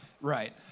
Right